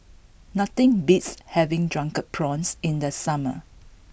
nothing beats having Drunken Prawns in the summer